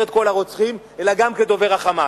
את כל הרוצחים אלא גם כדובר ה"חמאס",